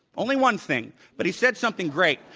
only one thing, but he said something great.